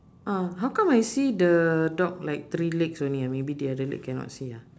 uh how come I see the dog like three legs only ah maybe the other leg cannot see ah